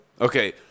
okay